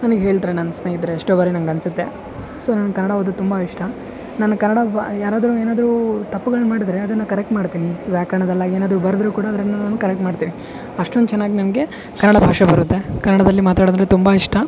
ನನಗೆ ಹೇಳ್ಡ್ರೆ ನನ್ನ ಸ್ನೆಹಿತರು ಎಷ್ಟೋ ಬಾರಿ ನನ್ಗೆ ಅನ್ಸತ್ತೆ ಸೊ ನನಗೆ ಕನ್ನಡ ಓದೋದು ತುಂಬ ಇಷ್ಟ ನನಗೆ ಕನ್ನಡ ಬ ಯಾರಾದರು ಏನಾದರು ತಪ್ಪುಗಳು ಮಾಡಿದರೆ ಅದನ್ನ ಕರೆಕ್ಟ್ ಮಾಡ್ತೀನಿ ವ್ಯಾಕರ್ಣದಲ್ಲಾಗಲಿ ಏನಾದರು ಬರ್ದ್ರು ಕೂಡ ಅದರನ್ನ ನಾನು ಕರೆಕ್ಟ್ ಮಾಡ್ತೀನಿ ಅಷ್ಟೊಂದು ಚೆನ್ನಾಗಿ ನನಗೆ ಕನ್ನಡ ಭಾಷೆ ಬರುತ್ತೆ ಕನ್ನಡದಲ್ಲಿ ಮಾತಾಡ್ದ್ರೆ ತುಂಬ ಇಷ್ಟ